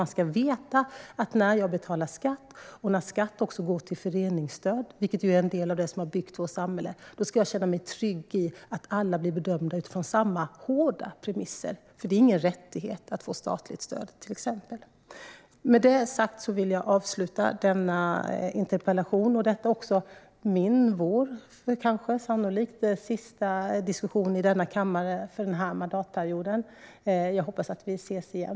När jag betalar skatt och när skatt går till föreningsstöd, vilket är en del av det som har byggt vårt samhälle, ska jag känna mig trygg i att alla blir bedömda utifrån samma hårda premisser. Det är ingen rättighet att få statligt stöd, till exempel. Med detta sagt vill jag avsluta denna interpellation och sannolikt min och vår sista diskussion i denna kammare för den här mandatperioden. Jag hoppas att vi ses igen!